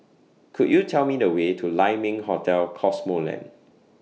Could YOU Tell Me The Way to Lai Ming Hotel Cosmoland